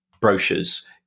brochures